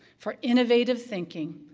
for innovative thinking,